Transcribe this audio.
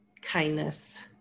kindness